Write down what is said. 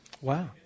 Wow